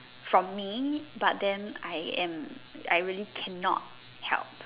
from me but then I am I really can not help